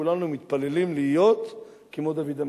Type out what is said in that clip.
כולנו מתפללים להיות כמו דוד המלך.